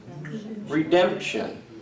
Redemption